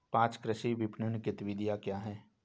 पाँच कृषि विपणन गतिविधियाँ क्या हैं?